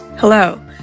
Hello